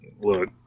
look